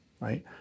Right